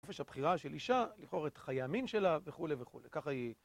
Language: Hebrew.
חופש הבחירה של אישה, לבחור את חיי המין שלה וכולי וכולי. ככה היא